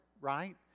right